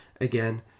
again